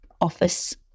office